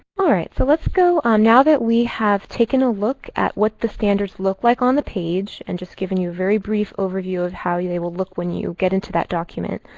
all right. so let's go on. now that we have taken a look at what the standards look like on the page, and just giving you a very brief overview of how they will look when you get into that document,